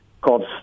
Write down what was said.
called